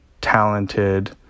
talented